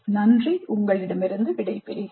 நன்றி உங்களிடமிருந்து விடைபெறுகிறேன்